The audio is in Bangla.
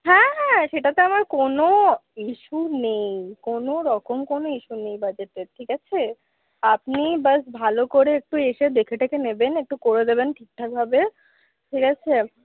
হ্যাঁ হ্যাঁ সেটাতে আমার কোনো ইস্যু নেই কোনরকম কোনো ইস্যু নেই বাজেটের ঠিক আছে আপনি ব্যাস ভালো করে একটু দেখে টেখে নেবেন একটু করে দেবেন ঠিকঠাকভাবে ঠিক আছে